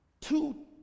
two